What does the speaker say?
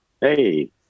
Hey